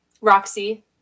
Roxy